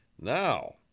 Now